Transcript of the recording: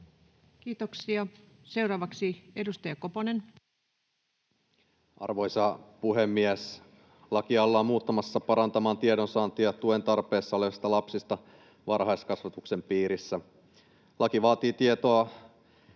Kiitoksia. — Seuraavaksi edustaja Koponen. Arvoisa puhemies! Lakia ollaan muuttamassa parantamaan tiedonsaantia tuen tarpeessa olevista lapsista varhaiskasvatuksen piirissä. Laki vaatii tietoa